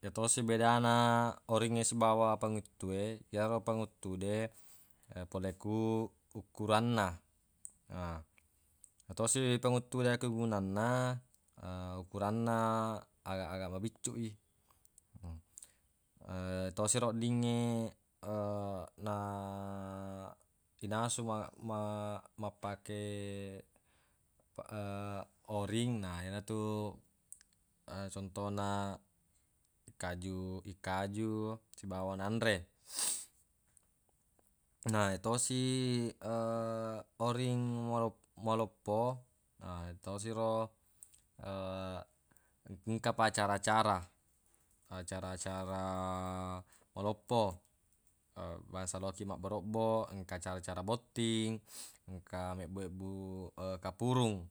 Yetosi bedana oringnge sibawa panguttue yero panguttu de pole ku ukuranna yetosi panguttue akkegunanna ukuranna agaq-agaq mabiccuq i tosi ro oddingnge na inasu ma- mappake oring na yenatu contona kaju- ikkaju sibawa nanre na yetosi oring malop- maloppo tosi ro engka pa acara-acara acara-acara maloppo bangsana loki mabbarobbo engka acara-acara botting engka mebbu-mebbu kapurung